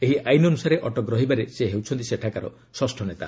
ଏହି ଆଇନ୍ ଅନୁସାରେ ଅଟକ ରହିବାରେ ସେ ହେଉଛନ୍ତି ସେଠାର ଷଷ ନେତା